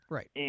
Right